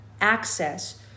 access